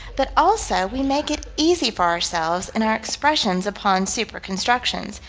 but, also, we make it easy for ourselves in our expressions upon super-constructions,